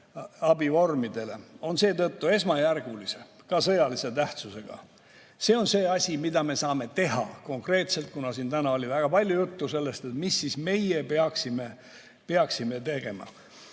abivormidele on seetõttu esmajärgulise, ka sõjalise tähtsusega. See on asi, mida me saame teha konkreetselt – siin ju täna oli väga palju juttu sellest, mida meie peaksime tegema.